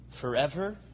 forever